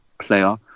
player